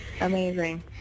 Amazing